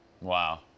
Wow